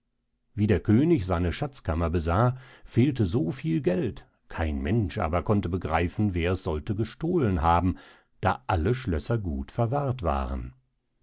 wie der könig seine schatzkammer besah fehlte so viel geld kein mensch aber konnte begreifen wer es sollte gestohlen haben da alle schlösser gut verwahrt waren